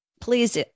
Please